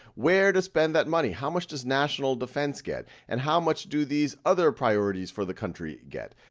where to spend that money. how much does national defense get and how much do these other priorities for the country get?